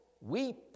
Weep